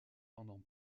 pendant